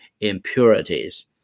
impurities